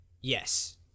Yes